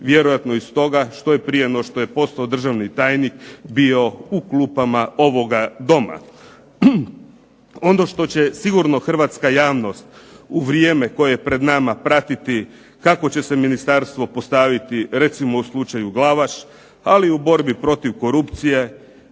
vjerojatno i stoga što je prije no što je postao državni tajnik bio u klupama ovoga Doma. Onda što će sigurno hrvatska javnost u vrijeme koje je pred nama pratiti kako će se ministarstvo postaviti recimo u slučaju Glavaš, ali i u borbi protiv korupcije,